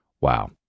Wow